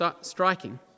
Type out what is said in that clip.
striking